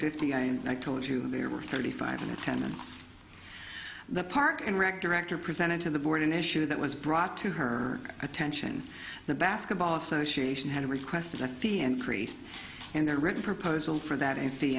fifty and i told you there were thirty five in attendance the park and rec director presented to the board an issue that was brought to her attention the basketball association had requested i feel and creased in their written proposals for that and the